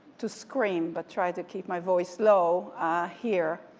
to scream but try to keep my voice low here.